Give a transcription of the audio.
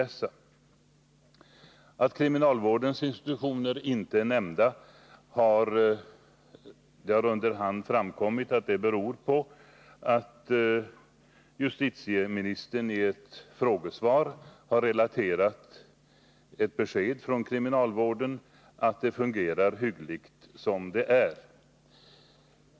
Det har under hand framkommit att anledningen till att kriminalvårdens institutioner inte nämns i propositionen beror på att justitieministern i ett frågesvar har refererat till ett besked från kriminalvården, som går ut på att den andliga vården vid institutionerna fungerar hyggligt.